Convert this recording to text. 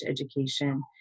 education